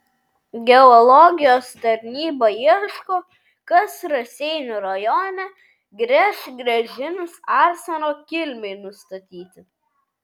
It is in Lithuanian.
geologijos tarnyba ieško kas raseinių rajone gręš gręžinius arseno kilmei nustatyti